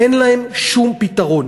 אין להם שום פתרון.